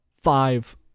five